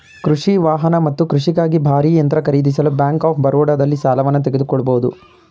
ಕೃಷಿ ವಾಹನ ಮತ್ತು ಕೃಷಿಗಾಗಿ ಭಾರೀ ಯಂತ್ರ ಖರೀದಿಸಲು ಬ್ಯಾಂಕ್ ಆಫ್ ಬರೋಡದಲ್ಲಿ ಸಾಲವನ್ನು ತೆಗೆದುಕೊಳ್ಬೋದು